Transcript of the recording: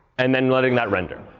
and then letting that render.